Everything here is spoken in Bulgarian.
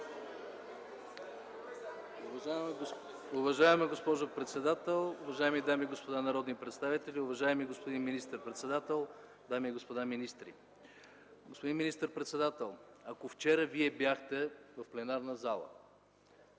Уважаема госпожо председател, уважаеми дами и господа народни представители, уважаеми господин министър-председател, дами и господа министри! Господин министър-председател, ако вчера Вие бяхте в пленарната зала